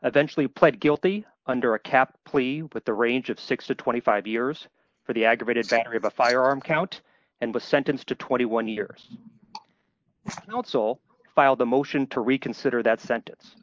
eventually pled guilty under a cap plea with the range of six to twenty five years for the aggravated battery of a firearm count and was sentenced to twenty one years old soul filed a motion to reconsider that sentence